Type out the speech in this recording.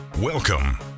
Welcome